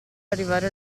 arrivare